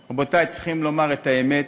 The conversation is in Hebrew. רבותי, צריכים לומר את האמת: